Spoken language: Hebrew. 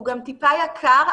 הוא גם טיפה יקר,